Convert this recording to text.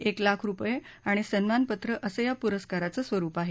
एक लाख रूपये आणि सन्मानपत्र असं या पुरस्काराचं स्वरूप आहे